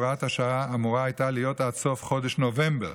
הוראת השעה אמורה הייתה להיות עד סוף חודש נובמבר,